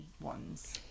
ones